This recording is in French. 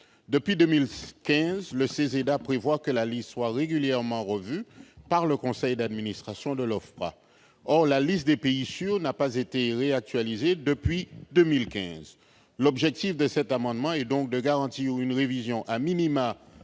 Depuis 2015, le CESEDA prévoit que la liste est revue régulièrement par le conseil d'administration de l'OFPRA. Or la liste des pays sûrs n'a pas été actualisée depuis 2015. L'objet de cet amendement est donc de garantir une révision tous